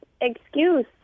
excuse